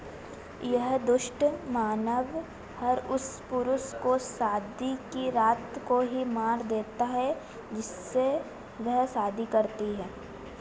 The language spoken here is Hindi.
यह दुष्ट मानव हर उस पुरुष को शादी की रात को ही मार देता है जिससे वह शादी करती है